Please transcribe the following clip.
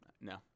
no